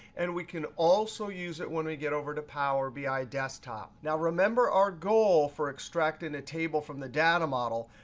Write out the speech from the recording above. and we can also use it when we get over to power bi desktop. now, remember our goal for extracting a table from the data model.